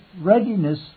readiness